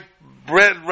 bread